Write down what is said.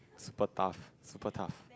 super tough super tough